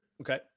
Okay